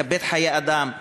לכבד חיי אדם,